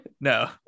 No